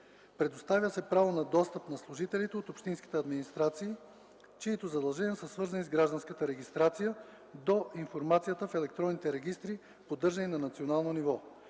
Предоставя се право на достъп на служителите от общинските администрации, чиито задължения са свързани с гражданската регистрация, до информацията в електронните регистри, поддържани на национално ниво.